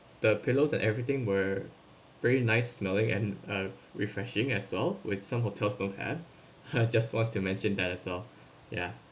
the pillows and everything were very nice smelling and uh refreshing as well which some hotels don't have just want to mention that as well yeah